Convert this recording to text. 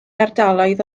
ardaloedd